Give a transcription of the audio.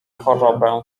chorobę